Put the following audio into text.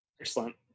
Excellent